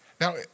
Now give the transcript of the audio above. Now